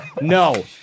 No